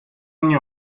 ogni